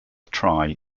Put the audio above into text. try